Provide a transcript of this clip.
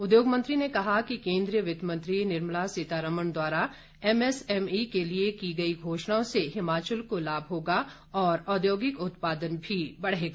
उद्योग मंत्री ने कहा कि केन्द्रीय वित्त मंत्री निर्मला सीमारमण द्वारा एम एस एई के लिए की गई घोषणाओं से हिमाचल को लाभ होगा और औद्योगिक उत्पादन भी बढ़ेगा